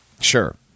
Sure